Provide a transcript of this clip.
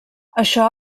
això